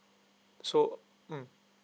so mm